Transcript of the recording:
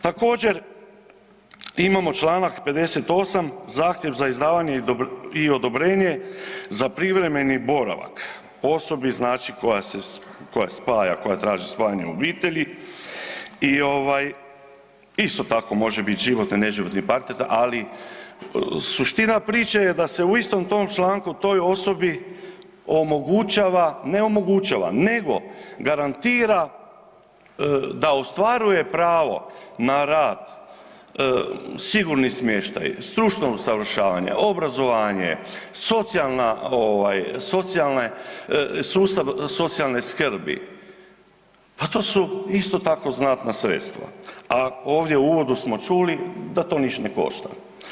Također, imamo Članak 58. zahtjev za izdavanje i odobrenje za privremeni boravak osobi znači koja spaja, koja traži spajanje obitelji i ovaj isto tako može biti životni, neživotni partner, ali suština priče je da se u istom tom članku toj osobi omogućava, ne omogućava nego garantira da ostvaruje pravo na rad, sigurni smještaj, stručno usavršavanje, obrazovanje, socijalna ovaj socijalne, sustav socijalne skrbi, pa to su isto tako znatna sredstva, a ovdje u uvodu smo čuli da to niš ne košta.